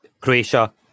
Croatia